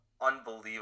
unbelievable